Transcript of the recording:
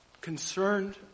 concerned